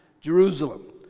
Jerusalem